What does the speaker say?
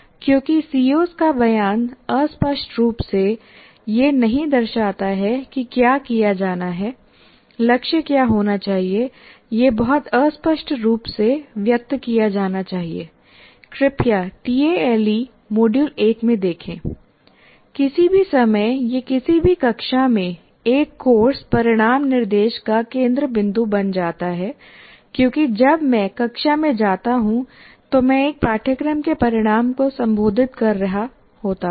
क्योंकि सीओ का बयान अस्पष्ट रूप से यह नहीं दर्शाता है कि क्या किया जाना है लक्ष्य क्या होना चाहिए यह बहुत स्पष्ट रूप से व्यक्त किया जाना चाहिए कृपया टीएएलई मॉड्यूल 1 में देखें किसी भी समय या किसी भी कक्षा में एक कोर्स परिणाम निर्देश का केंद्र बिंदु बन जाता है क्योंकि जब मैं कक्षा में जाता हूं तो मैं एक पाठ्यक्रम के परिणाम को संबोधित कर रहा होता हूं